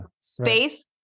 space